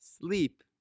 sleep